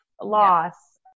loss